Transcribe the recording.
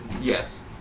Yes